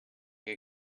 that